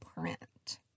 print